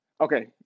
Okay